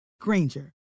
Granger